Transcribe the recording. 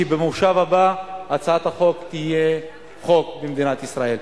ושבמושב הבא הצעת החוק תהיה חוק במדינת ישראל.